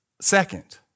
second